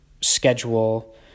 schedule